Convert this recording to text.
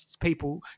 people